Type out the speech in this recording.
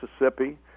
Mississippi